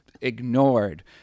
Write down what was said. ignored